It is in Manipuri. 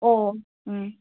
ꯑꯣ ꯎꯝ